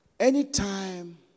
Anytime